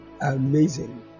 Amazing